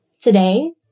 Today